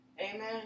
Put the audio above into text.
amen